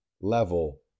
level